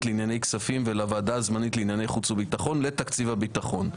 לענייני כספים ולוועדה הזמנית לענייני חוץ וביטחון לתקציב הביטחון.